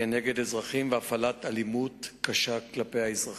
כנגד אזרחים והפעלת אלימות קשה כלפי האזרחים.